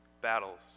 battles